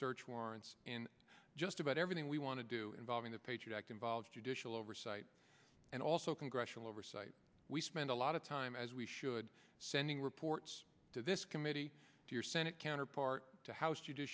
search warrants in just about everything we want to do involving the patriot act involves judicial oversight and also congressional oversight we spend a lot of time as we should sending reports to this committee to your senate counterpart to house